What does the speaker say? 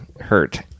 hurt